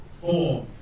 four